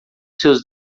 seus